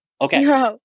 Okay